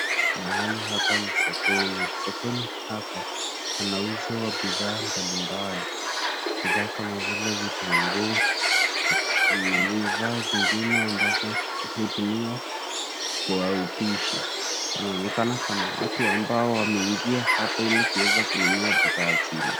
Mahali hapa ni sokoni, sokoni hapa panauzwa bidhaa mbalimbali, bidhaa kama vile vitunguu na bidhaa zingine ambazo hutumiwa kwa upishi. Panaonekana pana watu ambao wameingia hapa ili kuweza kununua bidhaa zile.